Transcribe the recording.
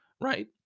Right